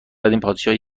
قدیم، پادشاهی